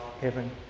heaven